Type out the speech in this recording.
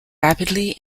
rapidly